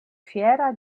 fiera